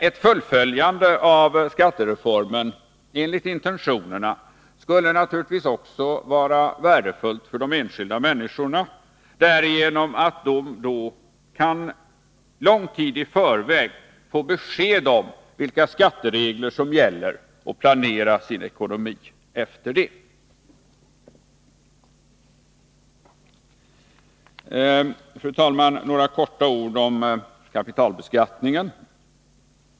Ett fullföljande av skattereformen enligt intentionerna skulle naturligtvis också vara värdefullt för de enskilda människorna därigenom att de då kan lång tid i förväg få besked om vilka skatteregler som gäller och planera sin ekonomi efter det. Fru talman! Låt mig säga några få ord om kapitalbeskattningen.